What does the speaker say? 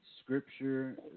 Scripture